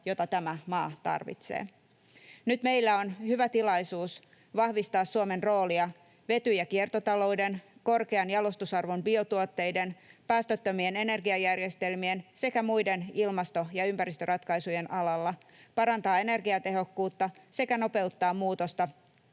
jota tämä maa tarvitsee. Nyt meillä on hyvä tilaisuus vahvistaa Suomen roolia vety‑ ja kiertotalouden, korkean jalostusarvon biotuotteiden, päästöttömien energiajärjestelmien sekä muiden ilmasto‑ ja ympäristöratkaisujen alalla, parantaa energiatehokkuutta sekä nopeuttaa muutosta